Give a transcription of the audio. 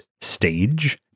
stage